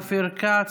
אופיר כץ,